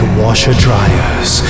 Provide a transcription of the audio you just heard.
washer-dryers